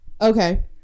Okay